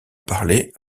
parlé